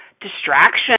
distraction